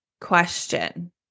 question